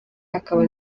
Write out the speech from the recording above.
akaba